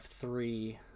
three